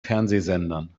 fernsehsendern